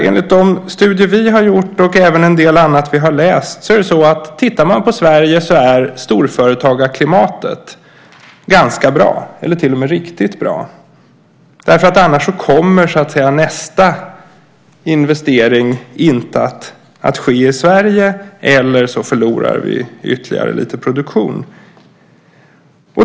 Enligt de studier vi har gjort och en del vi har läst är storföretagarklimatet riktigt bra om man tittar på Sverige. Annars kommer nästa investering inte att ske i Sverige, eller också förlorar vi ytterligare lite produktion.